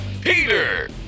Peter